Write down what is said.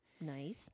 Nice